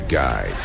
guy